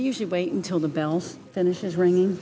we usually wait until the bells finishes ringing